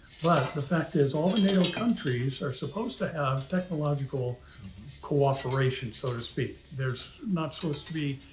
but the fact is, all the nato countries are supposed to have technological cooperation, so to speak. there's not, so to speak,